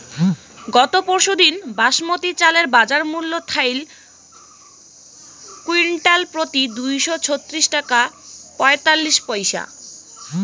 গত পরশুদিন বাসমতি চালের বাজারমূল্য থাইল কুইন্টালপ্রতি দুইশো ছত্রিশ টাকা পঁয়তাল্লিশ পইসা